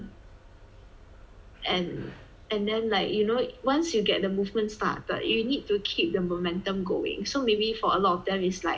and and then like you know once you get the movement started but you need to keep the momentum going so maybe for a lot of them it's like